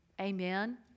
Amen